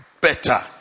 better